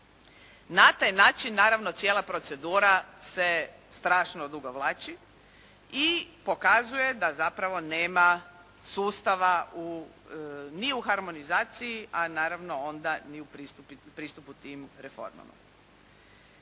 Na taj način naravno cijela procedura se strašno odugovlači i pokazuje da zapravo nema sustava ni u harmonizaciji, a naravno onda ni u pristupu tim reformama.